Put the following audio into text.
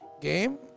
game